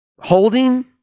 holding